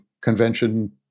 convention